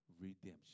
redemption